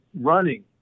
running